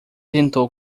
tentou